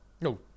No